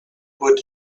would